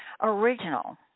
original